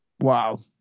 Wow